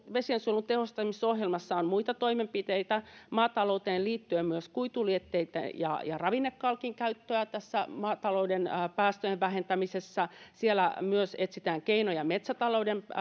vesiensuojelun tehostamisohjelmassa on muita toimenpiteitä maatalouteen liittyen myös kuitulietteitä ja ja ravinnekalkin käyttöä maatalouden päästöjen vähentämisessä siellä myös etsitään keinoja metsätalouden